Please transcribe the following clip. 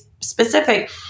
specific